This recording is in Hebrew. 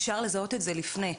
אפשר לזהות את זה לפני.